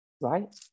right